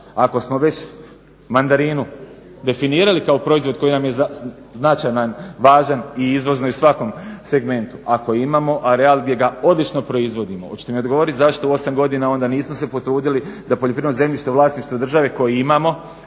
Ako smo već mandarinu definirali kao proizvod koji nam je značajan, važan i izvozno u svakom segmentu, ako imamo a očito ga odlično proizvodimo, hoćete mi odgovoriti zašto u osam godina onda nismo se potrudili da poljoprivredno zemljište u vlasništvu države koje imamo,